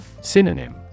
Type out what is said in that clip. Synonym